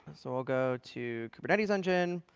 so i'll go to kubernetes engine,